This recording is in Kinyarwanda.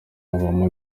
habamo